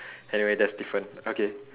anyway that's different okay